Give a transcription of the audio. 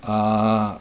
uh